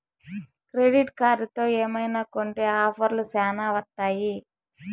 credit కార్డుతో ఏమైనా కొంటె ఆఫర్లు శ్యానా వత్తాయి